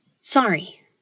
Sorry